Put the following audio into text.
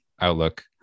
outlook